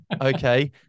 okay